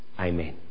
Amen